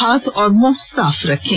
हाथ और मुंह साफ रखें